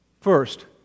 First